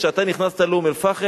כשאתה נכנסת לאום-אל-פחם,